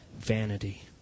vanity